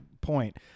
point